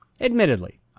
Admittedly